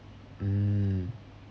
mm